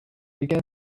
began